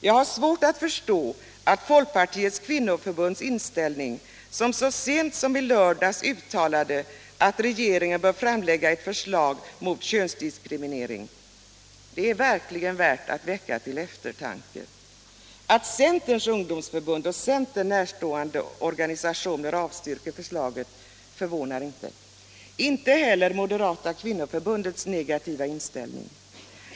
Jag har svårt att förstå Folkpartiets kvinnoförbunds inställning, när man så sent som i lördags uttalade att regeringen bör framlägga ett förslag mot könsdiskriminering. Det är verkligen något som stämmer till eftertanke. Att Centerns ungdomsförbund och andra centern närstående organisationer avstyrker förslaget förvånar inte, inte heller Moderata kvinnoförbundets negativa inställning.